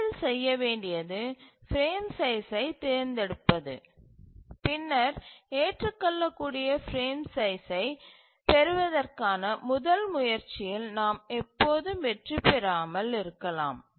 முதலில் செய்ய வேண்டியது பிரேம் சைஸ்சை தேர்ந்தெடுப்பது பின்னர் ஏற்றுக்கொள்ளக்கூடிய பிரேம் சைஸ்சை பெறுவதற்கான முதல் முயற்சியில் நாம் எப்போதும் வெற்றிபெறாமல் இருக்கலாம்